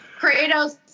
kratos